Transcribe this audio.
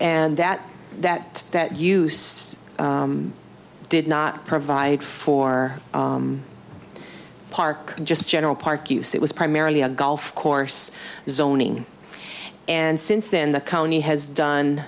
and that that that use did not provide for the park just general park use it was primarily a golf course zoning and since then the county has done